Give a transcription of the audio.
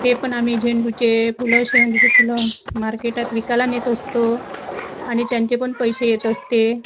ते पण आम्ही झेंडूचे फुलं शेवंतीचे फुलं मार्केटात विकायला नेत असतो आणि त्यांचे पण पैसे येत असते